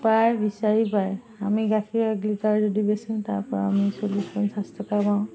উপায় বিচাৰি পায় আমি গাখীৰ এক লিটাৰ যদি বেচি তাৰপৰা আমি চল্লিছ পঞ্চাছ টকা পাওঁ